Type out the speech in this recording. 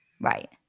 Right